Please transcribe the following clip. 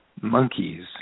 monkeys